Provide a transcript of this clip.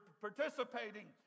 participating